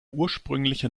ursprüngliche